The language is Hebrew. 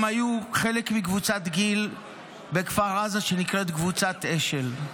הם היו חלק מקבוצת גיל בכפר עזה שנקראת קבוצת אשל.